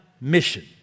mission